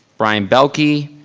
brian belky.